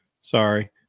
Sorry